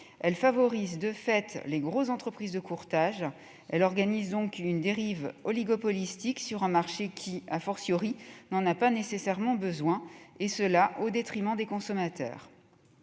favorisant de fait les grosses entreprises de courtage. Elle organise donc une dérive oligopolistique sur un marché qui n'en a pas nécessairement besoin, et cela au détriment des consommateurs.